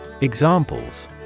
Examples